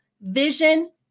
vision